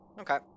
Okay